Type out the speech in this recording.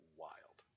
wild